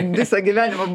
visą gyvenimą